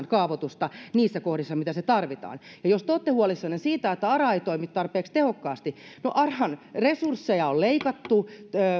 kaavoitusta niissä kohdissa missä tarvitaan ja jos te olette huolissanne siitä että ara ei toimi tarpeeksi tehokkaasti no aran resursseja on leikattu